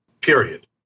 period